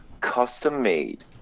custom-made